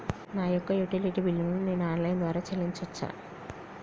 నా యొక్క utility bill ను నేను ఆన్ లైన్ ద్వారా చెల్లించొచ్చా?